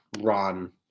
run